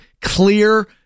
clear